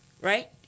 right